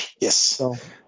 Yes